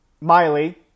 Miley